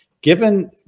Given